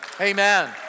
Amen